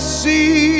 see